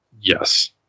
yes